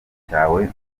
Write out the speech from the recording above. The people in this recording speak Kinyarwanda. cyawe